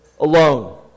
alone